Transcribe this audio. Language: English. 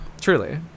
Truly